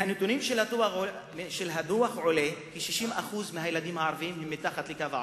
מהנתונים של הדוח עולה כי 60% מהילדים הערבים הם מתחת לקו העוני,